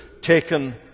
taken